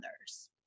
others